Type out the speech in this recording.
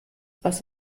was